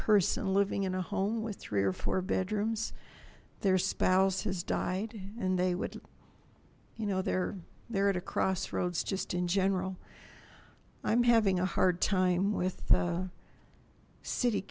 person living in a home with three or four bedrooms their spouse has died and they would you know they're there at a crossroads just in general i'm having a hard time with the city